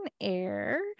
air